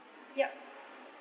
yup